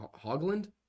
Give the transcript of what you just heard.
Hogland